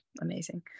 amazing